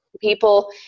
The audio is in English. people